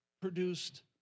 produced